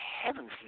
heaven's